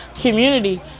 community